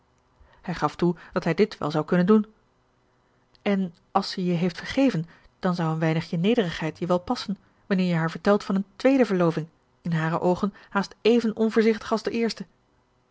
hij gaf toe dat hij dit wel zou kunnen doen en als ze je heeft vergeven dan zou een weinigje nederigheid je wel passen wanneer je haar vertelt van een tweede verloving in hare oogen haast even onvoorzichtig als de eerste